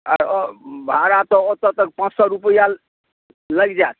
आ अ भाड़ा तऽ ओतऽ तक पाँच सए रुपैआ लागि जायत